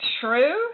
True